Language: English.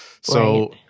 So-